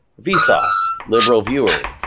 vsauce, liberalviewer,